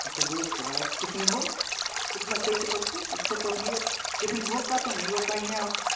अच्छा डेढ़ सौ किसन भोग कितना कैसे पड़ता है उसका तो आप नहीं किसन भोग का तो नहीं बताई हैं आप